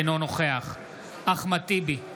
אינו נוכח אחמד טיבי,